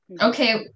Okay